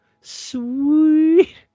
sweet